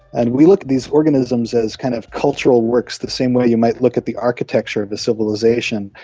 and we look at these organisms as kind of cultural works, the same way you might look at the architecture of the civilisation,